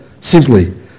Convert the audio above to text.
Simply